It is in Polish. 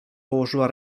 położyła